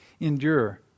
endure